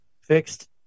fixed